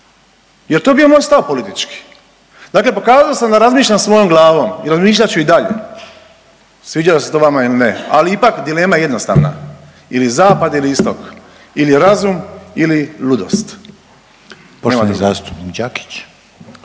jer je to bio moj stav politički, dakle pokazao sam da razmišljam svojoj glavom i razmišljat ću i dalje, sviđalo se to vama ili ne, ali ipak dilema je jednostavna ili zapad ili istok, ili razum ili